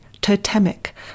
totemic